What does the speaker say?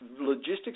Logistics